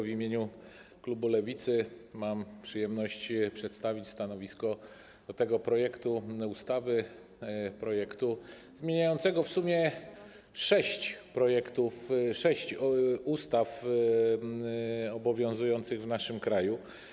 W imieniu klubu Lewicy mam przyjemność przedstawić stanowisko wobec tego projektu ustawy, projektu zmieniającego w sumie sześć ustaw obowiązujących w naszym kraju.